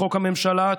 לחוק הממשלה,